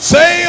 Say